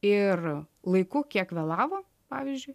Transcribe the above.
ir laiku kiek vėlavo pavyzdžiui